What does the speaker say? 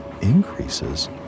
increases